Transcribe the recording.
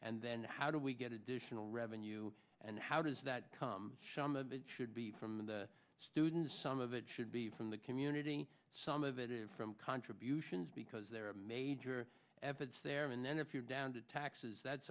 and then how do we get additional revenue and how does that come some of it should be from the students some of it should be from the community some of it from contributions because there are major efforts there and then if you're down to taxes that's